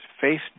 face